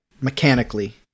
mechanically